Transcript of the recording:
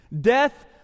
Death